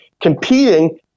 competing